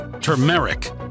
turmeric